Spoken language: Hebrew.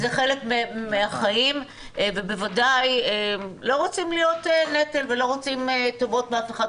זה חלק מהחיים ובוודאי לא רוצים להיות נטל ולא רוצים טובות מאף אחד,